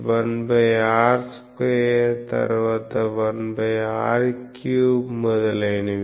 1r2 తరువాత 1r3 మొదలైనవి